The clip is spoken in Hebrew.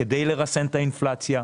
שכדי לרסן את האינפלציה,